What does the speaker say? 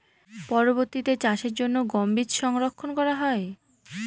পরবর্তিতে চাষের জন্য গম বীজ সংরক্ষন করা হয়?